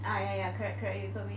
ya ya correct correct you told me